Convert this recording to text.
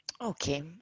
okay